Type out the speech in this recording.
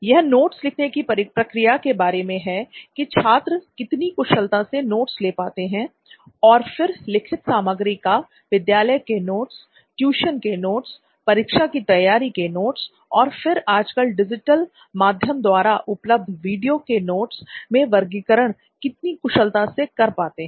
यह नोट्स लिखने की प्रक्रिया के बारे में है की छात्र कितनी कुशलता से नोट्स ले पाते हैं और फिर लिखित सामग्री का विद्यालय के नोट्स ट्यूशन के नोट्स परीक्षा की तैयारी के नोट्स और फिर आजकल डिजिटल माध्यम द्वारा उपलब्ध वीडियो के नोट्स में वर्गीकरण कितनी कुशलता से कर पाते हैं